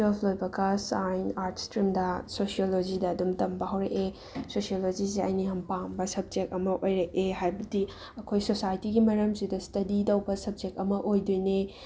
ꯇꯨꯌꯦꯜꯐ ꯂꯣꯏꯕꯒ science arts ꯏꯁꯇ꯭ꯔꯤꯝꯗ ꯁꯣꯁꯤꯌꯣꯂꯣꯖꯤꯗ ꯑꯗꯨꯝ ꯇꯝꯕ ꯍꯧꯔꯛꯑꯦ ꯁꯣꯁꯤꯌꯣꯂꯣꯖꯤꯖꯦ ꯑꯩꯅ ꯌꯥꯝ ꯄꯥꯝꯕ ꯁꯕꯖꯦꯛ ꯑꯃ ꯑꯣꯏꯔꯛꯑꯦ ꯍꯥꯏꯕꯗꯤ ꯑꯍꯣꯏ ꯁꯣꯁꯥꯏꯇꯤꯒꯤ ꯃꯔꯝꯁꯤꯗ ꯁ꯭ꯇꯗꯤ ꯇꯧꯕ ꯁꯕꯖꯦꯛ ꯑꯃ ꯑꯣꯏꯗꯣꯏꯅꯦ